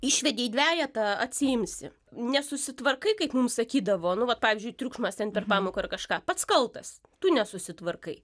išvedei dvejetą atsiimsi nesusitvarkai kaip mums sakydavo nu vat pavyzdžiui triukšmas ten per pamoką ar kažką pats kaltas tu nesusitvarkai